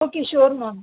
okay sure ma'am